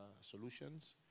solutions